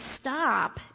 stop